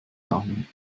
daumen